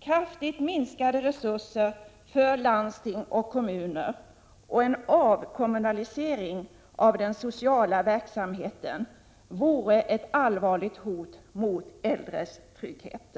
Kraftigt minskade resurser för landsting och kommuner och en avkommunalisering av den sociala verksamheten vore ett allvarligt hot mot de äldres-trygghet.